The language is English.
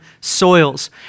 soils